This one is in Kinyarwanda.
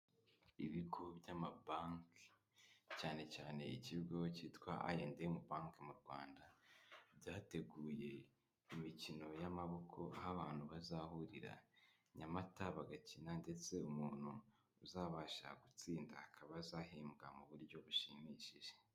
Ibigo by'amabanki cyane cyane ikigo kitwa I&M Banki mu Rwanda byateguye imikino y'amaboko ,aho abantu bazahurira Nyamata bagakina ndetse umuntu uzabasha gutsinda akaba azahembwa mu buryo bushimishije.